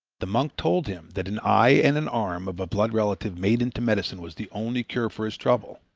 the monk told him that an eye and an arm of a blood relative made into medicine was the only cure for his trouble.